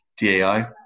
DAI